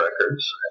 records